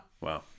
Wow